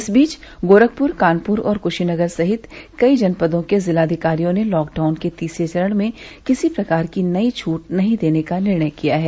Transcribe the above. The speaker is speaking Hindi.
इस बीच गोरखपुर कानपुर और कुशीनगर सहित कई जनपदों के जिलाधिकारियों ने लॉकडाउन के तीसरे चरण में किसी प्रकार की नई छूट नहीं देने का निर्णय किया है